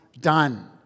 done